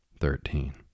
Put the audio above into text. thirteen